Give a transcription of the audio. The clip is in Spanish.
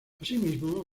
asimismo